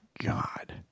God